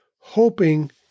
hoping